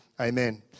Amen